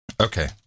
Okay